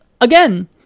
again